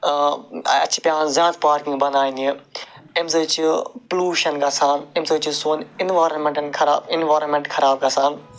اَسہِ چھِ پٮ۪وان زیادٕ پارکِنٛگ بناونہِ اَمہِ سۭتۍ چھِ پُلوٗشن گَژھان اَمہِ سۭتۍ چھُ سون اِیٚنوارنمنٛٹن خراب اِیٚنوارمٮ۪نٛٹ خراب گَژھان